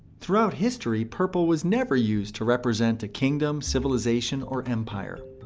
throughout history, purple was never used to represent a kingdom civilization or empire.